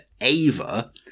Ava